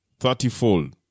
thirtyfold